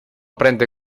prende